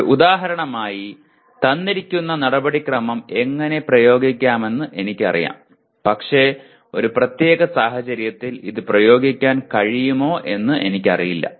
ഒരു ഉദാഹരണമായി തന്നിരിക്കുന്ന നടപടിക്രമം എങ്ങനെ പ്രയോഗിക്കാമെന്ന് എനിക്കറിയാം പക്ഷേ ഒരു പ്രത്യേക സാഹചര്യത്തിൽ ഇത് പ്രയോഗിക്കാൻ കഴിയുമോ എന്ന് എനിക്കറിയില്ല